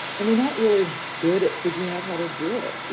and we're not really good at figuring out how to do it,